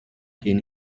gain